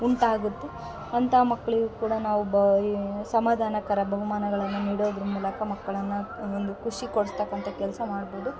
ಉಂಟಾಗುತ್ತೆ ಅಂತ ಮಕ್ಕಳಿಗೂ ಕೂಡ ನಾವು ಬ ಸಮಾಧಾನಕರ ಬಹುಮಾನಗಳನ್ನು ನಿಡೋದ್ರ ಮೂಲಕ ಮಕ್ಕಳನ್ನು ಒಂದು ಖುಷಿ ಕೊಡ್ಸ್ತಕ್ಕಂಥ ಕೆಲಸ ಮಾಡ್ಬೌದು